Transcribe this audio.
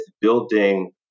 building